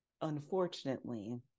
Unfortunately